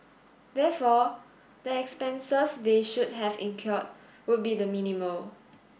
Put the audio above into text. therefore the expenses they should have incurred would be the minimal